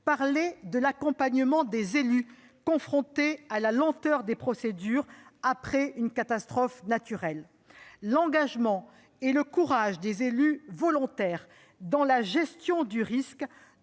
parler de l'accompagnement des élus confrontés à la lenteur des procédures après une catastrophe. L'engagement et le courage des élus volontaires dans la gestion du risque